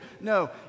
No